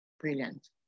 Brilliant